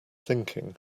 thinking